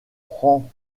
prend